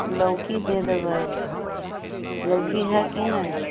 लौकी दे देबै लौकी हए कि नहि